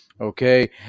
Okay